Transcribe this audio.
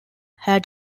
had